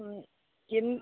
ம் என்